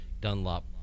Dunlop